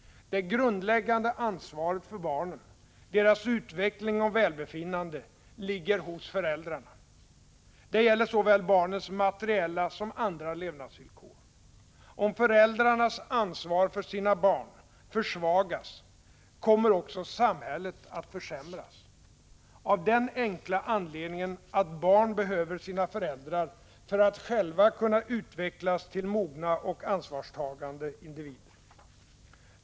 Det grundläggande ansvaret för barnen, deras utveckling och välbefinnande ligger hos föräldrarna. Det gäller såväl barnens materiella som andra levnadsvillkor. Om föräldrarnas ansvar för sina barn försvagas kommer också samhället att försämras, av den enkla anledningen att barn behöver sina föräldrar för att själva kunna utvecklas till mogna och ansvarstagande individer.